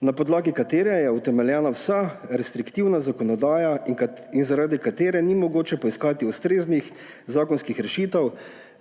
na podlagi katere je utemeljena vsa restriktivna zakonodaja in zaradi katere ni mogoče poiskati ustreznih zakonskih rešitev